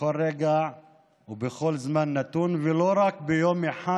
בכל רגע ובכל זמן נתון ולא רק ביום אחד